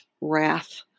wrath